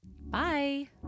Bye